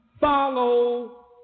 follow